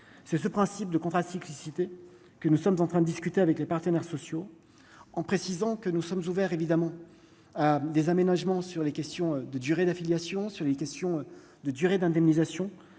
c'est ce principe de contrat cyclicité que nous sommes en train de discuter avec les partenaires sociaux, en précisant que nous sommes ouverts évidemment des aménagements sur les questions de durée d'affiliation sur les questions de durée d'indemnisation,